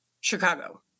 Chicago